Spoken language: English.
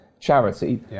charity